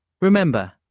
Remember